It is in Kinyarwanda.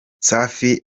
safi